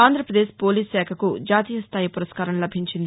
Andhra Pradesh police శాఖకు జాతీయ స్థాయి పురస్కారం లభించింది